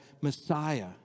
Messiah